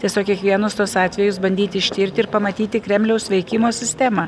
tiesiog kiekvienus tuos atvejus bandyti ištirti ir pamatyti kremliaus veikimo sistemą